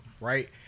right